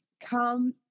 come